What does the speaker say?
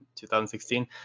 2016